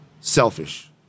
selfish